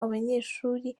abanyeshuri